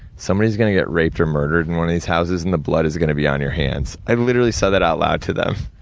somebody's gonna get raped or murdered in one of these houses, and the blood is gonna be on your hands. i literally said that out loud to them.